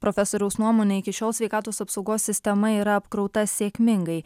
profesoriaus nuomone iki šiol sveikatos apsaugos sistema yra apkrauta sėkmingai